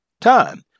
time